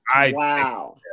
Wow